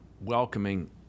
welcoming